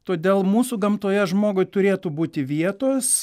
todėl mūsų gamtoje žmogui turėtų būti vietos